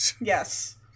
yes